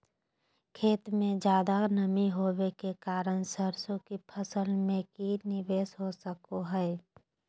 खेत में ज्यादा नमी होबे के कारण सरसों की फसल में की निवेस हो सको हय?